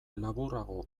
laburrago